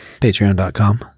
Patreon.com